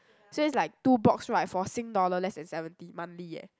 so it's like two box right for Sing dollar less than seventy monthly eh